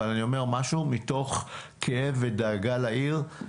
אבל אני אומר משהו מתוך כאב ודאגה לעיר,